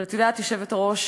אבל את יודעת, היושבת-ראש,